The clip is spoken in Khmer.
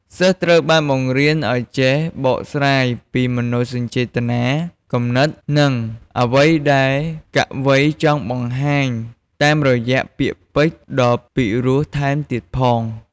សិស្សត្រូវបានបង្រៀនឱ្យចេះបកស្រាយពីមនោសញ្ចេតនា គំនិត និងអ្វីដែលកវីចង់បង្ហាញតាមរយៈពាក្យពេចន៍ដ៏ពីរោះថែមទៀតផង។